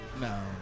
No